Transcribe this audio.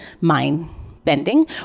mind-bending